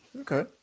Okay